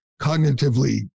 cognitively